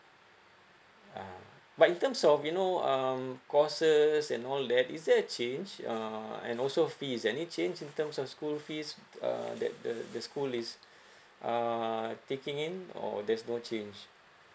um but in terms of you know um courses and all that is there a change uh and also fees any change in terms of school fees uh that the the school is uh taking in or there's no change